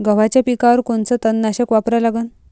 गव्हाच्या पिकावर कोनचं तननाशक वापरा लागन?